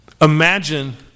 imagine